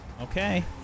Okay